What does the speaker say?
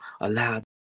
allowed